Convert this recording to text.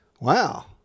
Wow